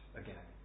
again